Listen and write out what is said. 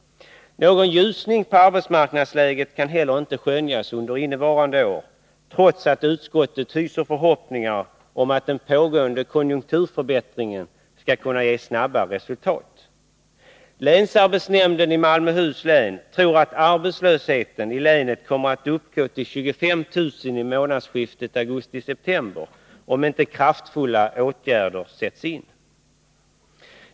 Någon ljusning i arbetsmarknadsläget kan heller inte skönjas under innevarande år, trots att utskottet hyser förhoppningen att den pågående konjunkturförbättringen skall kunna ge snabba resultat. Länsarbetsnämnden i Malmöhus län tror att arbetslösheten i länet kommer att uppgå till 25 000 i månadsskiftet augusti-september om inte kraftfulla åtgärder sätts in.